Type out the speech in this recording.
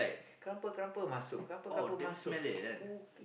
crumple crumple masuk crumple crumple masuk